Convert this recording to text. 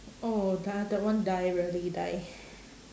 oh that one die really die